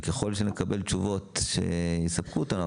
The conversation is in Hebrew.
וככול שנקבל תשובות שיספקו אותנו,